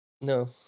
No